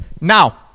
Now